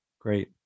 Great